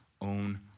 own